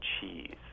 cheese